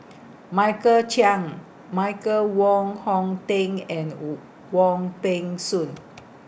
Michael Chiang Michael Wong Hong Teng and Wu Wong Peng Soon